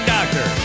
Doctor